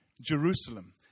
Jerusalem